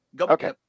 Okay